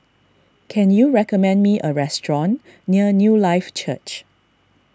can you recommend me a restaurant near Newlife Church